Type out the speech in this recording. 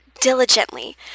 diligently